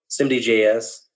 SimDJS